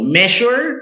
measure